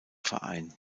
verein